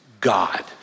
God